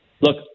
look